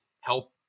help